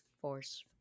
force